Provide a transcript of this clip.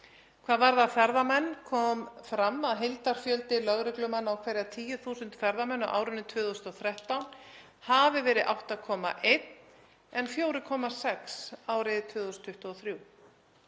Hvað varðar ferðamenn kom fram að heildarfjöldi lögreglumanna á hverja 10.000 ferðamenn á árinu 2013 hafi verið 8,1 en 4,6 árið 2023.